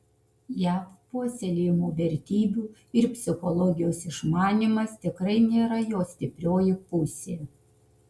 jav puoselėjamų vertybių ir psichologijos išmanymas tikrai nėra jo stiprioji pusė